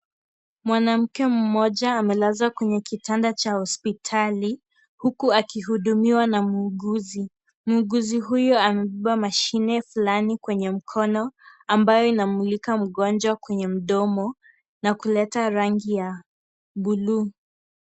Mwanamke mmoja amelazwa kwenye kitanda cha hospitali huku akihudumiwa na muuguzi, muuguzi huyu amebeba mashine fulani kwenye mkono ambayo inamulika mgonjwa kwenye mdomo na kuleta rangi ya buluu.